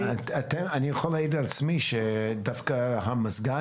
אני יכול להעיד על עצמי שדווקא המזגן